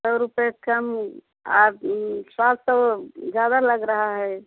सौ रुपये कम आठ सात सौ ज़्यादा लग रहा है